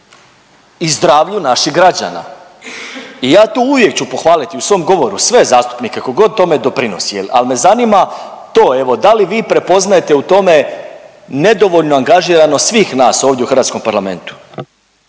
i zdravlju naših građana. I ja to uvijek ću pohvaliti u svom govoru sve zastupnike tko god tome doprinosi, ali me zanima to evo da li vi prepoznajete u tome nedovoljnu angažiranost svih nas ovdje u Hrvatskom parlamentu?